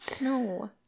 No